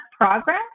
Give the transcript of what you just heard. progress